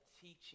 teaching